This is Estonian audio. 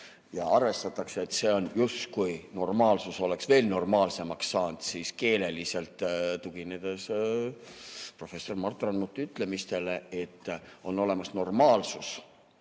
Arvestatakse, et justkui normaalsus oleks veel normaalsemaks saanud. Keeleliselt, tuginedes professor Mart Rannuti ütlemisele, on olemas normaalsus